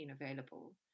available